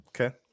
Okay